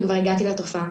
אני כבר הגעתי לתופעה.